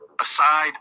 aside